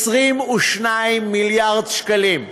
22 מיליארד שקלים,